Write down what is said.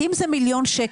אם זה מיליון ₪,